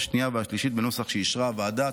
השנייה והשלישית בנוסח שאישרה הוועדה.